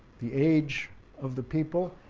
the age of the people,